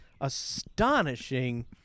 astonishing